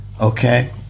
Okay